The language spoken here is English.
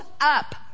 up